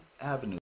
avenue